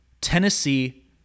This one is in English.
Tennessee